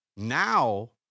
Now